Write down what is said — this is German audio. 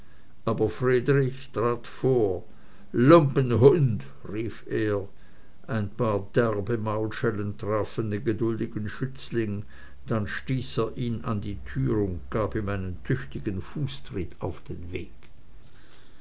aber friedrich trat vor lumpenhund rief er ein paar derbe maulschellen trafen den geduldigen schützling dann stieß er ihn an die tür und gab ihm einen tüchtigen fußtritt mit auf den weg